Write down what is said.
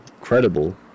credible